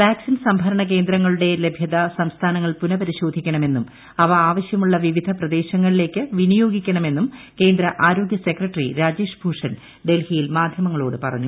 vaccine സംഭരണ കേന്ദ്രങ്ങളുടെ ലഭ്യത സംസ്ഥാനങ്ങൾ പുനപരിശോധിക്കണമെന്നും അവ ആവശ്യമുളള വിവിധ പ്രദേശങ്ങളിലേക്ക് വിനിയോഗിക്കണമെന്നും കേന്ദ്ര ആരോഗ്യ സെക്രട്ടറി രാജേഷ് ഭൂഷൺ ഡൽഹിയിൽ മാധ്യമങ്ങളോട് പറഞ്ഞു